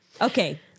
Okay